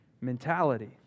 mentality